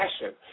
passion